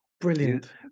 Brilliant